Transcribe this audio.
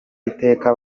iteka